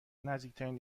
نزدیکترین